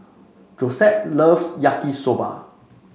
Josette loves Yaki Soba